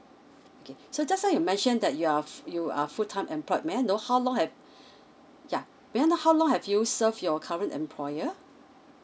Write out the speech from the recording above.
okay so just now you mentioned that you are you are full time employed may I know how long have yeah may I know how long have you served your current employer